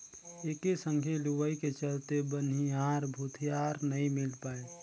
एके संघे लुवई के चलते बनिहार भूतीहर नई मिल पाये